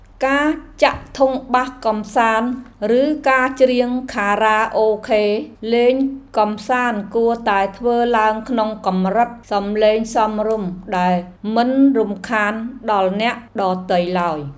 ការចាក់ធុងបាសកម្សាន្តឬការច្រៀងខារ៉ាអូខេលេងកម្សាន្តគួរតែធ្វើឡើងក្នុងកម្រិតសំឡេងសមរម្យដែលមិនរំខានដល់អ្នកដទៃឡើយ។